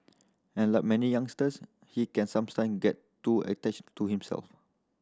and like many youngsters he can get too attached to himself